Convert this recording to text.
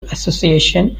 association